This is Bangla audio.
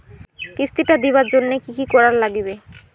কিস্তি টা দিবার জন্যে কি করির লাগিবে?